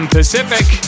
Pacific